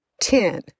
ten